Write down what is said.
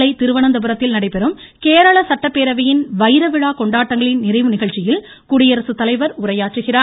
நாளை திருவனந்தபுரத்தில் நடைபெறும் கேரள சட்டப்பேரவையின் வைரவிழா கொண்டாடங்களின் நிறைவு நிகழ்ச்சியில் குடியரசுத் தலைவர் உரையாற்றுகிறார்